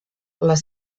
les